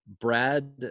Brad